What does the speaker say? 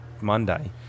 Monday